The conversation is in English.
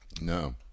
No